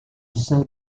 sir